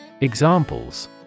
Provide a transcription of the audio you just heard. Examples